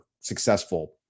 successful